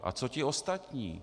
A co ty ostatní?